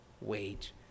wage